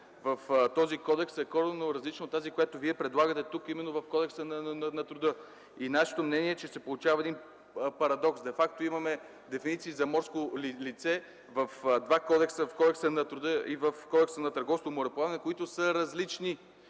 в този кодекс е коренно различна от тази, която вие предлагате тук именно в Кодекса на труда. Нашето мнение е, че се получава един парадокс, де факто имаме дефиниции за морско лице в два кодекса – в Кодекса на труда и в Кодекса на търговско мореплаване, които са различни.